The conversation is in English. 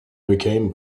become